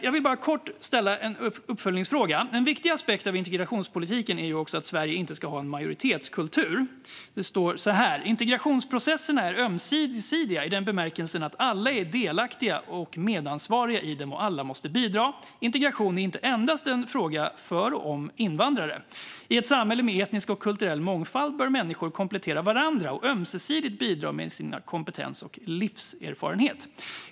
Jag vill ställa en kort uppföljningsfråga gällande att en viktig aspekt av integrationspolitiken är att Sverige inte ska vara en majoritetskultur. Det står så här i propositionen: "Integrationsprocesserna är ömsesidiga i den bemärkelsen att alla är delaktiga och medansvariga i dem och alla måste bidra. Integration är inte endast en fråga om och för invandrare. I ett samhälle med etnisk och kulturell mångfald bör människor komplettera varandra och ömsesidigt bidra med sin kompetens och livserfarenhet."